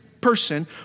person